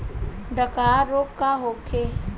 डकहा रोग का होखे?